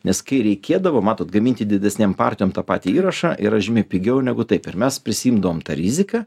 nes kai reikėdavo matot gaminti didesnėm partijom tą patį įrašą yra žymiai pigiau negu taip ir mes prisiimdavom tą riziką